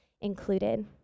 included